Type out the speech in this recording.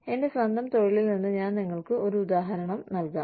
എന്റെ സ്വന്തം തൊഴിലിൽ നിന്ന് ഞാൻ നിങ്ങൾക്ക് ഒരു ഉദാഹരണം നൽകാം